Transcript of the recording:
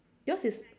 yours is